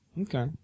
Okay